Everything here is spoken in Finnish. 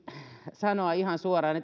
sanoa ihan suoraan